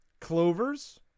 clovers